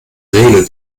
regel